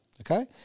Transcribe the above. okay